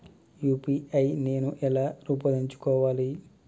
UPI నేను ఎలా రూపొందించుకోవాలి?